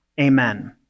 Amen